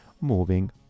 moving